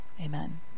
amen